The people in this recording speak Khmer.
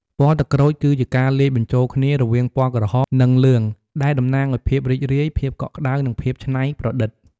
ពណ៌ទឹកក្រូច គឺជាការលាយបញ្ចូលគ្នារវាងពណ៌ក្រហម និងលឿង ដែលតំណាងឱ្យ ភាពរីករាយ ភាពកក់ក្តៅ និងភាពច្នៃប្រឌិត។